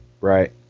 Right